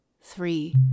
Three